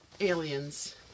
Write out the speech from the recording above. aliens